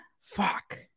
Fuck